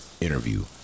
interview